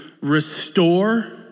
restore